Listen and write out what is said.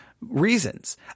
reasons